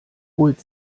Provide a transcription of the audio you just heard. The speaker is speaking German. holt